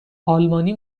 آلمانی